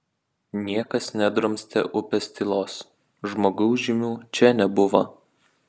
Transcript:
niekas nedrumstė upės tylos žmogaus žymių čia nebuvo